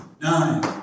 nine